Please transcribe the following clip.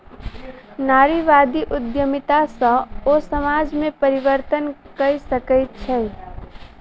नारीवादी उद्यमिता सॅ ओ समाज में परिवर्तन कय सकै छै